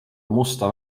musta